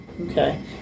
Okay